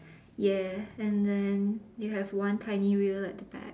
ya and then you have one tiny wheel at the back